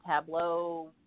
Tableau